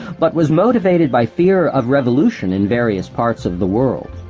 but was motivated by fear of revolution in various parts of the world.